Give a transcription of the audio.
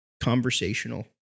conversational